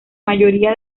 mayoría